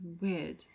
weird